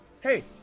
Hey